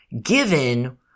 given